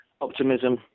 optimism